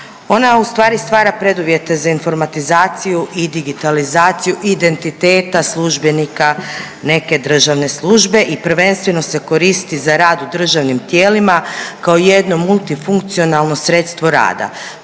Ona u stvari stvara preduvjete za informatizaciju i digitalizaciju identiteta službenika neke državne službe i prvenstveno se koristi za rad u državnim tijelima kao jedno multifunkcionalno sredstvo rada.